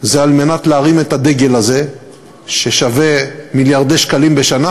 על מנת להרים את הדגל הזה ששווה מיליארדי שקלים בשנה,